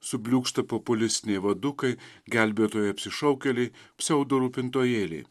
subliūkšta populistiniai vadukai gelbėtojai apsišaukėliai pseudo rūpintojėliai